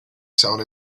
sound